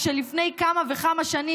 כשלפני כמה וכמה שנים,